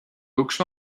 looks